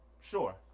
Sure